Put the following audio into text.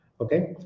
okay